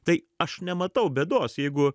tai aš nematau bėdos jeigu